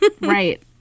Right